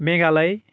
Meghalaya